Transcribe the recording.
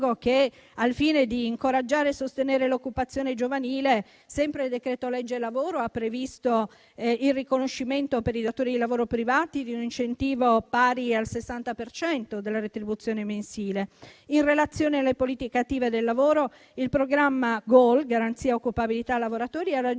che, al fine di incoraggiare e sostenere l'occupazione giovanile, sempre il decreto-legge lavoro ha previsto il riconoscimento, per i datori di lavoro privati, di un incentivo pari al 60 per cento della retribuzione mensile. In relazione alle politiche attive del lavoro, il programma GOL (garanzia occupabilità lavoratori) ha raggiunto,